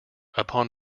upon